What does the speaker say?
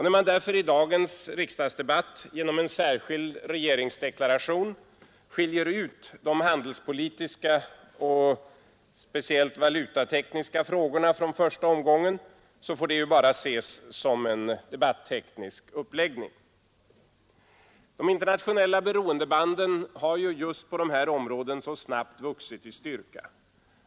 När man därför i dagens riksdagsdebatt genom en särskild regeringsdeklaration skiljer ut de handelspolitiska och speciellt de valutatekniska frågorna från första omgången, får det bara ses som en debatteknisk uppläggning. De internationella beroendebanden har just på dessa områden snabbt vuxit i styrka.